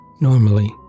Normally